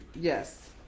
Yes